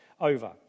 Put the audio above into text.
over